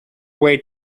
way